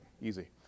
easy